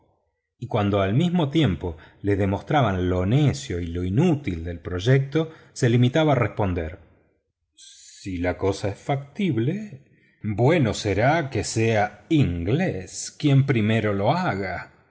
y cuando al propio tiempo le demostraban lo necio y lo inútil del proyecto se limitaba a responder si la cosa es factible bueno será que sea inglés quien primero lo haga